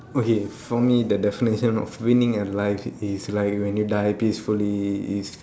okay for me the definition of winning at life is like when you die peacefully is